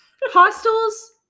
Hostels